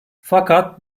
fakat